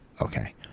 Okay